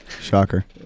Shocker